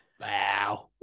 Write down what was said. Wow